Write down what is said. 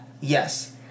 yes